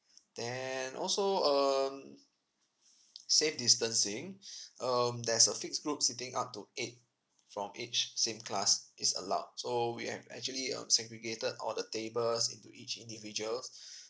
then also um safe distancing um there's a fixed group sitting up to eight from age same class is allowed so we have actually um segregated all the tables into each individuals